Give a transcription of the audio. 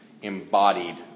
embodied